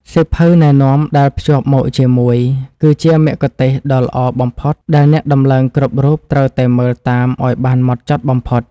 សៀវភៅណែនាំដែលភ្ជាប់មកជាមួយគឺជាមគ្គុទ្ទេសក៍ដ៏ល្អបំផុតដែលអ្នកដំឡើងគ្រប់រូបត្រូវតែមើលតាមឱ្យបានហ្មត់ចត់បំផុត។